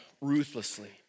ruthlessly